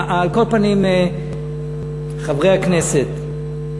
על כל פנים, חברי הכנסת,